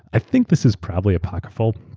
i think this is probably apocryphal.